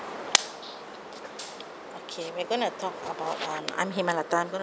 okay we're going to talk about um I'm hemi I'm going